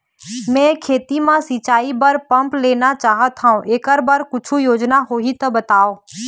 मैं खेती म सिचाई बर पंप लेना चाहत हाव, एकर बर कुछू योजना होही त बताव?